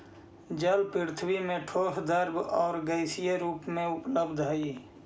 जल पृथ्वी में ठोस द्रव आउ गैसीय रूप में उपलब्ध हई